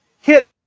hit –